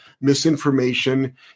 misinformation